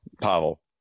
Pavel